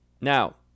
Now